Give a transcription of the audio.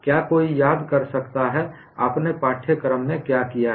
क्या कोई याद कर सकता है आपने पाठ्यक्रम में क्या किया है